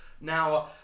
Now